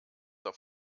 auf